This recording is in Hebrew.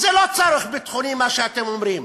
אז זה לא צורך ביטחוני מה שאתם אומרים,